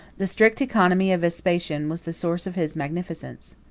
the strict economy of vespasian was the source of his magnificence.